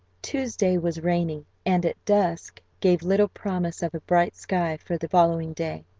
tuesday was rainy, and at dusk gave little promise of a bright sky for the following day.